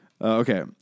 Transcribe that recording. Okay